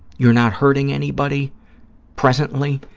you're not hurting anybody presently.